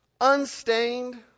unstained